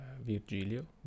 Virgilio